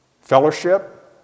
fellowship